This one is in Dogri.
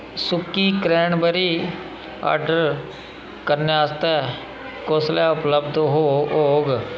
सुक्की क्रैनबेरी आर्डर करने आस्तै कुसलै उपलब्ध हो होग